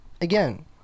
again